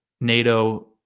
NATO